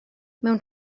mewn